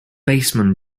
baseman